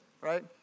right